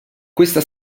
questa